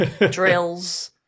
Drills